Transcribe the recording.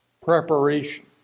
Preparation